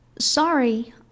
sorry